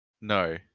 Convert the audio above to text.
No